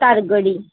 तारगडी